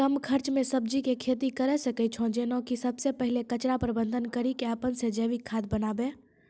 कम खर्च मे सब्जी के खेती करै सकै छौ जेना कि सबसे पहिले कचरा प्रबंधन कड़ी के अपन से जैविक खाद बनाबे?